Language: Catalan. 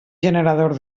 generador